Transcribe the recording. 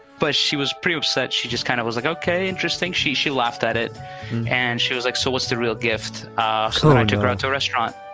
but she was pretty upset. she just kind of was like, ok, interesting. she she laughed at it and she was like, so what's the real gift ah you know to toronto restaurant?